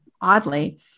oddly